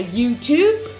YouTube